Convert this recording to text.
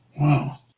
Wow